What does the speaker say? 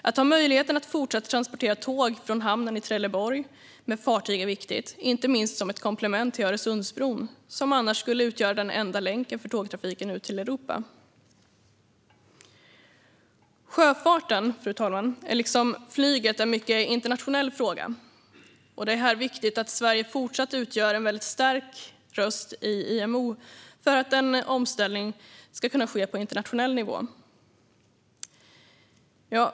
Att ha möjligheten att fortsatt transportera tåg från hamnen i Trelleborg med fartyg är viktigt, inte minst som ett komplement till Öresundsbron, som annars skulle utgöra den enda länken för tågtrafiken ut till Europa. Fru talman! Sjöfarten är, liksom flyget, i mycket en internationell fråga. Det är viktigt att Sverige fortsatt utgör en väldigt stark röst i IMO för att en omställning ska kunna ske på internationell nivå.